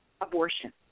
abortion